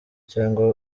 cyangwa